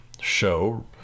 show